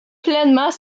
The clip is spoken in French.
pleinement